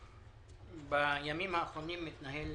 בימים האחרונים מתנהל